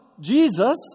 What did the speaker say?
Jesus